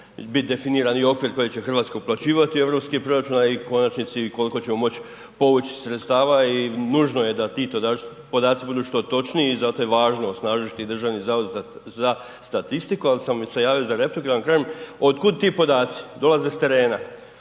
bit i definirani okvir koji će Hrvatska uplaćivati u europski proračun, a i u konačnici koliko ćemo moći povući sredstava i nužno je da ti podaci budu što točniji. Zato je važno osnažiti Državni zavod za statistiku. Ali sam se javio za repliku da vam kažem od kut ti podaci. Dolaze s terena,